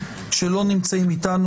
שלא נמצאים איתנו,